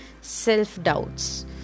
self-doubts